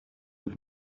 have